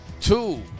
Two